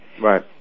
Right